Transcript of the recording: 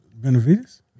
Benavides